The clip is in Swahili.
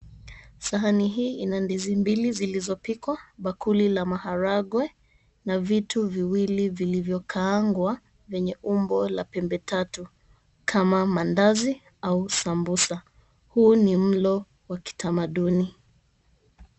Sahani hii ina ndizi mbili zilizopikwa, bakuli la maharagwe na vitu viwili vilivyokaangwa vyenye umbo la pembetatu kama mandazi au sambusa huo ni mlo wa kitamaduni.